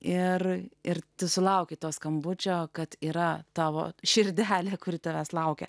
ir ir sulaukiau to skambučio kad yra tavo širdelę kuri tavęs laukia